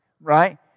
Right